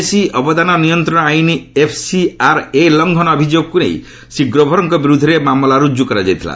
ବିଦେଶୀ ଅବଦାନ ନିୟନ୍ତ୍ରଣ ଆଇନ ଏଫ୍ସିଆର୍ଏ ଲଂଘନ ଅଭିଯୋଗକୁ ନେଇ ଶ୍ରୀ ଗ୍ରୋଭର୍ଙ୍କ ବିରୁଦ୍ଧରେ ମାମଲା ରୁଜୁକରାଯାଇଥିଲା